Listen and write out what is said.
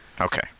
Okay